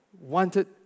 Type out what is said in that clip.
wanted